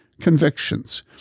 convictions